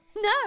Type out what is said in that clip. No